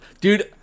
Dude